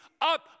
up